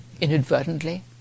inadvertently